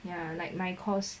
ya like my course